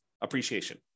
appreciation